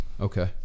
Okay